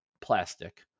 plastic